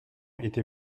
été